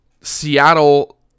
Seattle